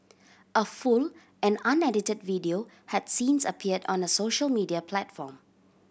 a full and unedited video had since appeared on a social media platform